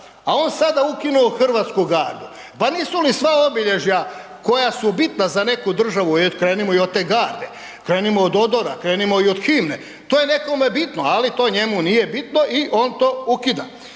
a on sada ukinuo hrvatsku gardu, pa nisu li sva obilježja koja su bitna za neku državu, eto krenimo i od te garde, krenimo od odora, krenimo i od himne, to je nekome bitno, ali to njemu nije bitno i on to ukida.